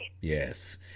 Yes